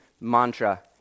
mantra